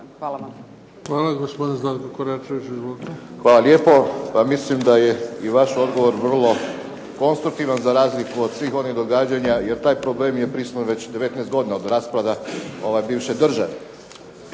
Izvolite. **Koračević, Zlatko (HNS)** Hvala lijepo. Pa mislim da je i vaš odgovor vrlo konstruktivan za razliku od svih onih događanja jer taj problem je prisutan već 19 godina, od raspada bivše države.